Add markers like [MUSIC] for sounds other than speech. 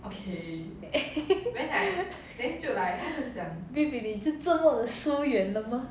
[LAUGHS] vivi 你就这么疏远了吗